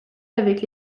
avec